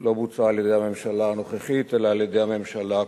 לא בוצעה על-ידי הממשלה הנוכחית אלא על-ידי הממשלה הקודמת.